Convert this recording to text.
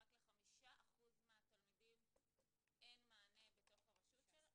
רק ל-15% מהתלמידים אין מענה בתוך הרשות שלהם?